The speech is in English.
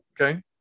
Okay